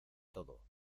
todo